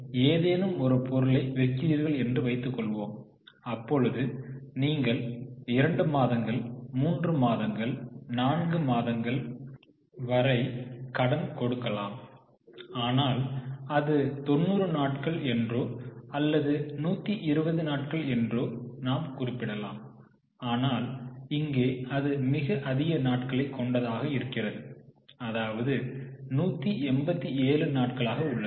நீங்கள் ஏதேனும் ஒரு பொருளை விற்கிறார்கள் என்று வைத்துக்கொள்வோம் அப்பொழுது நீங்கள் 2 மாதங்கள் 3 மாதங்கள் 4 மாதங்களுக்கு கடன் கொடுக்கலாம் ஆனால் அது 90 நாட்கள் என்றோ அல்லது 120 நாட்கள் என்றோ நாம் குறிப்பிடலாம் ஆனால் இங்கே அது மிக அதிக நாட்களை கொண்டதாக இருக்கிறது அதாவது 187 நாட்களாக உள்ளது